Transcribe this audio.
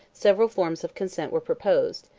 several forms of consent were proposed,